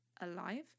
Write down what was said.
alive